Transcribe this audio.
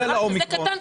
בגלל האומיקרון.